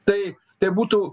tai tebūtų